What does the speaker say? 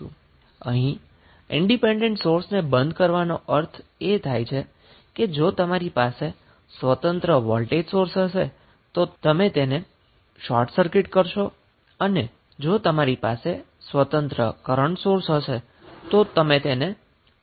અહીં ઈન્ડીપેન્ડન્ટ સોર્સને બંધ કરવાનો અર્થ એ થાય છે કે જો તમારી પાસે સ્વતંત્ર વોલ્ટેજ સોર્સ હશે તો તમે તે સર્કિટ શોર્ટ કરશો અને જો તમારી પાસે સ્વતંત્ર કરન્ટ સોર્સ હશે તો તમે તે સર્કિટને ઓપન રાખશો